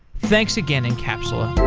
thanks again, encapsula